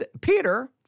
Peter